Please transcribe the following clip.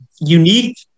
unique